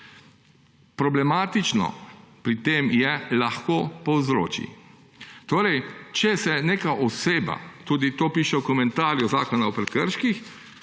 Problematično pri tem je »lahko povzroči«. Torej če se neka oseba – tudi to piše v komentarju Zakona o prekrških,